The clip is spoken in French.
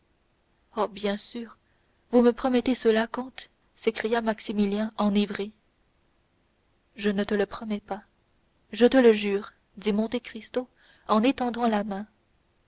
oh bien sûr vous me promettez cela comte s'écria maximilien enivré je ne te le promets pas je te le jure dit monte cristo en étendant la main